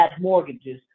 mortgages